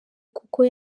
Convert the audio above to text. kuko